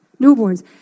newborns